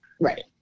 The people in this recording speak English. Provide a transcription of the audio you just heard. Right